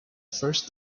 first